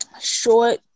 short